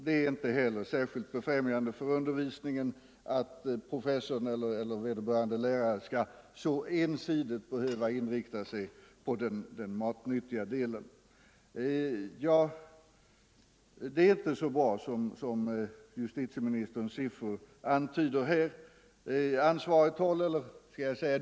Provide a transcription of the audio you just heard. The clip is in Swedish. Det är inte heller särskilt befrämjande för undervisningen att professorn — eller vederbörande lärare — så ensidigt skall behöva inrikta sig på den matnyttiga delen av undervisningen. Det är inte så bra som justitieministerns siffror antyder.